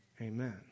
amen